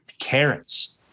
carrots